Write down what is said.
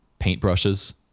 paintbrushes